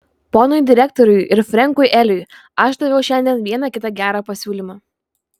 ponui direktoriui ir frenkui eliui aš daviau šiandien vieną kitą gerą pasiūlymą